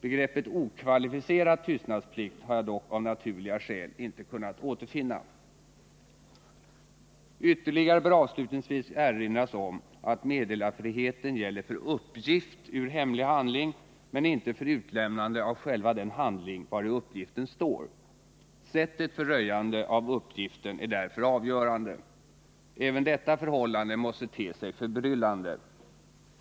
Begreppet ”okvalificerad tystnadsplikt” har jag dock av naturliga skäl inte kunnat återfinna. Ytterligare bör avslutningsvis erinras om att meddelarfriheten gäller för uppgift ur hemlig handling men inte för utlämnande av själva den handling vari uppgiften står. Sättet för röjande av uppgiften är därför avgörande. Även detta förhållande måste te sig förbryllande.